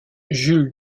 jules